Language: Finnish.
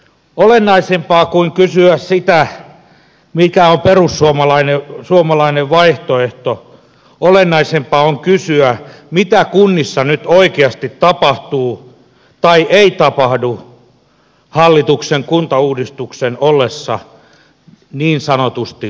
olennaisempaa kuin kysyä sitä mikä on perussuomalainen vaihtoehto on kysyä mitä kunnissa nyt oikeasti tapahtuu tai ei tapahdu hallituksen kuntauudistuksen ollessa niin sanotusti vaiheessa